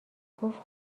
گفت